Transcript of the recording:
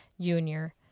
junior